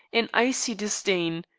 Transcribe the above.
in icy disdain.